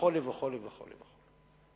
וכו' וכו' וכו'.